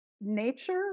Nature